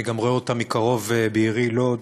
אני גם רואה אותה מקרוב בעירי, לוד.